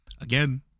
Again